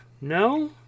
no